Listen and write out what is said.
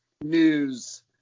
news